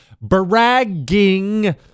bragging